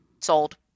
sold